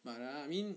but uh I mean